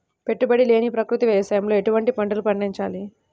పెట్టుబడి లేని ప్రకృతి వ్యవసాయంలో ఎటువంటి పంటలు పండించాలి?